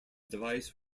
device